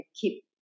keep